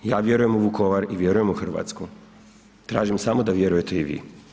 Ja vjerujem u Vukovar i vjerujem u Hrvatsku, tražim samo da vjerujete i vi.